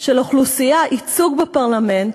של אוכלוסייה ייצוג בפרלמנט,